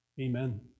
Amen